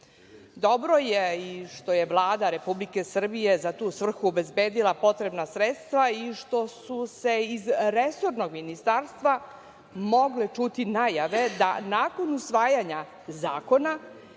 Dobro je i što je Vlada Republike Srbije za tu svrhu obezbedila potrebna sredstva i što su se iz resornog ministarstva mogle čuti najave da nakon usvajanja zakona